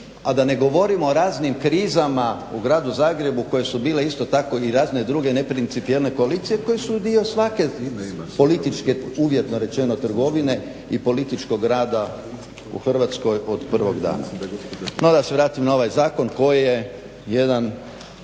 a da ne govorimo o raznim krizama u Gradu Zagrebu koje su bile isto tako i razne druge neprincipijelne koalicije koje su dio svake političke, uvjetno rečeno trgovine, i političkog rada u Hrvatskoj od prvog dana. No, da se vratim na ovaj zakon koji je još